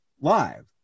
live